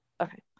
Okay